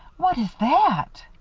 what is that?